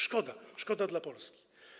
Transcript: Szkoda, szkoda dla Polski.